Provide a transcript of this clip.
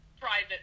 private